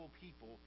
people